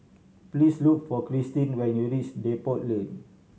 please look for Cristin when you reach Depot Lane